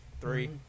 three